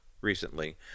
recently